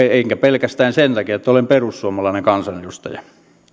enkä pelkästään sen takia että olen perussuomalainen kansanedustaja